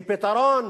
כי פתרון